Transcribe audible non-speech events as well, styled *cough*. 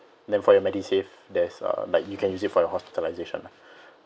then for your medisave there's uh like you can use it for your hospitalization lah *breath*